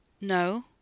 No